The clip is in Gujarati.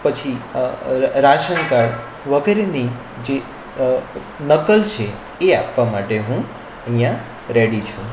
પછી રાશનકાર્ડ વગેરેની જે નકલ છે એ આપવા માટે હું અહીંયા રેડી છું